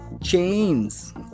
chains